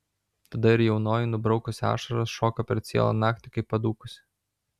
tada ir jaunoji nubraukusi ašaras šoko per cielą naktį kaip padūkusi